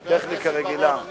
זה טכניקה רגילה.